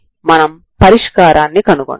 ఇప్పుడు u212c0txcx chys dy ds అవుతుంది